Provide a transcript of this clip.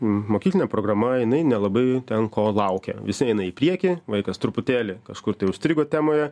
mokykline programa jinai nelabai ten ko laukia visi eina į priekį vaikas truputėlį kažkur tai užstrigo temoje